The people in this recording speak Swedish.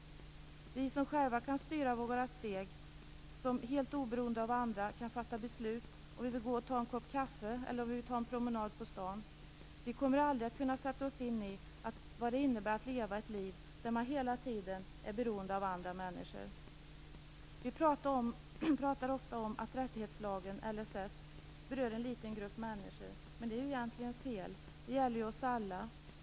Vi som själva kan styra våra steg och helt oberoende av andra fatta beslut om vi vill gå och ta en kopp kaffe eller ta en promenad på stan kommer aldrig att kunna sätta oss in i vad det innebär att leva ett liv där man hela tiden är beroende av andra människor. Vi pratar ofta om att rättighetslagen LSS berör en liten grupp människor. Men det är egentligen fel. Den gäller oss alla.